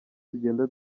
tugenda